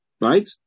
right